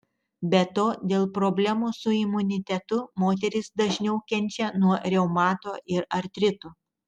be to dėl problemų su imunitetu moterys dažniau kenčia nuo reumato ir artrito